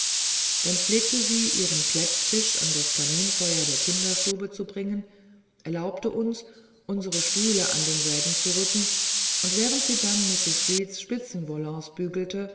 dann pflegte sie ihren plätttisch an das kaminfeuer der kinderstube zu bringen erlaubte uns unsere stühle an denselben zu rücken und während sie dann mrs